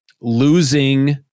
losing